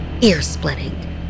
ear-splitting